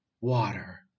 water